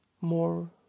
more